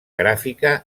gràfica